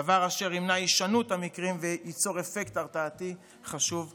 דבר אשר ימנע הישנות המקרים וייצור אפקט הרתעתי חשוב במיוחד.